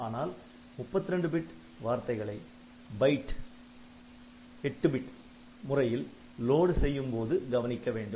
ஆனால் 32 பிட் வார்த்தைகளை byte 8 bit முறையில் லோடு செய்யும்போது கவனிக்க வேண்டும்